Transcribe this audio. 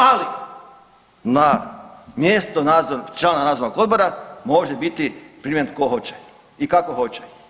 Ali na mjesto člana nadzornog odbora može biti primljen tko hoće i kako hoće.